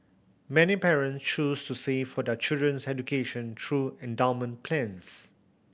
many parents choose to save for their children's education through endowment plans